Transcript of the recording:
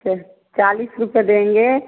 च चालीस रूपये देंगे